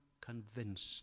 convinced